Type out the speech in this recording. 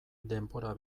denbora